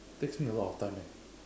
takes me a lot of time eh